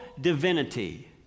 divinity